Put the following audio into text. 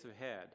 ahead